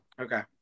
Okay